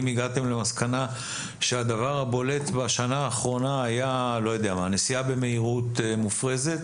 אם הגעתם למסקנה שהדבר הבולט בשנה האחרונה היה נסיעה במהירות מופרזת,